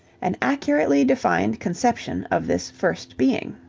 an accurately defined conception of this first being.